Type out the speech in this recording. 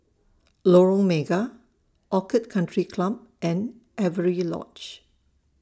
Lorong Mega Orchid Country Club and Avery Lodge